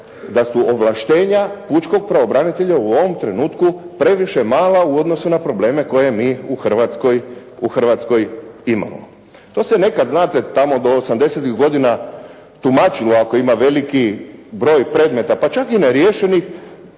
da su ovlaštenja pučkog pravobranitelja u ovom trenutku previše mala u odnosu na probleme koje mi u Hrvatskoj imamo. To se nekad znate tamo do osamdesetih godina tumačilo ako ima veliki broj predmeta pa čak i neriješenih.